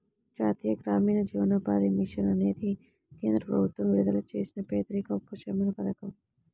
జాతీయ గ్రామీణ జీవనోపాధి మిషన్ అనేది కేంద్ర ప్రభుత్వం విడుదల చేసిన పేదరిక ఉపశమన పథకం